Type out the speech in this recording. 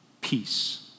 peace